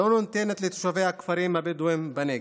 המדינה לא נותנת לתושבי הכפרים הבדואיים בנגב.